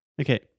Okay